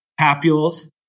papules